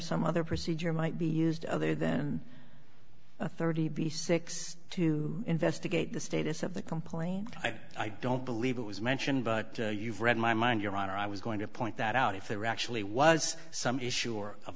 some other procedure might be used of there then thirty b six to investigate the status of the complaint i don't believe it was mentioned but you've read my mind your honor i was going to point that out if there actually was some issue or